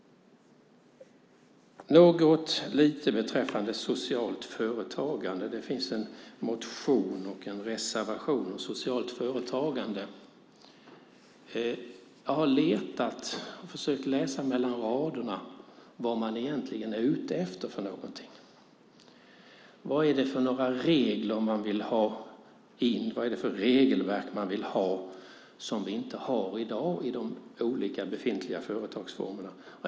Något lite beträffande socialt företagande. Det finns en motion och en reservation om socialt företagande. Jag har letat och försökt läsa mellan raderna vad man egentligen är ute efter för någonting. Vad är det för regler man vill ha? Vad är det för regelverk som man vill ha som vi inte har i dag i de befintliga företagsformerna?